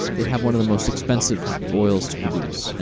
they have one of the most expensive oil costs.